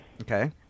Okay